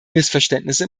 missverständnisse